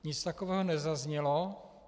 Nic takového nezaznělo.